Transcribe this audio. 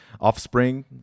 Offspring